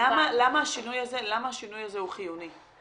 למה השינוי הזה הוא חיוני?